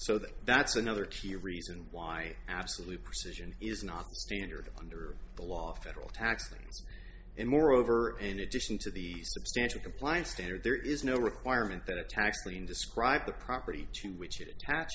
so that that's another key reason why absolute precision is not standard under the law federal tax thing and moreover in addition to the substantial compliance standard there is no requirement that a tax lien describe the property to which it